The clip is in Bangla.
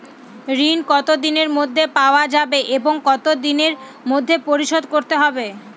ঋণ কতদিনের মধ্যে পাওয়া যাবে এবং কত দিনের মধ্যে পরিশোধ করতে হবে?